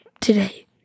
today